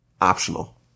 optional